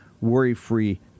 worry-free